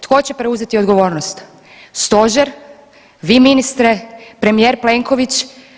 Tko će preuzeti odgovornost, stožer, vi ministre, premijer Plenković?